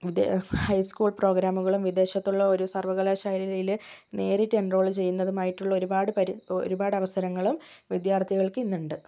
high school പ്രൊഗ്രാമുകളും വിദേശത്തുള്ള ഒരു സർവ്വകലാശാലയിലെ നേരിട്ട് എൻട്രോൾ ചെയ്യുന്നതുമായിട്ടുള്ള ഒരുപാട് പേര് ഒരുപാട് അവസരങ്ങളും വിദ്യാർത്ഥികൾക്ക് ഇന്ന് ഉണ്ട്